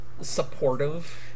supportive